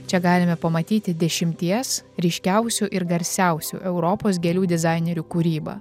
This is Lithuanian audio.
čia galime pamatyti dešimties ryškiausių ir garsiausių europos gėlių dizainerių kūrybą